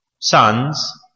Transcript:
sons